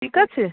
ঠিক আছে